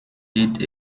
did